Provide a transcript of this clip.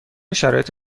شرایط